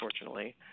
unfortunately